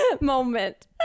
moment